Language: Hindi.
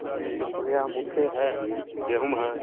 जी हमारे यहाँ मुख्य है गेहूँ है